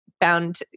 found